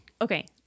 Okay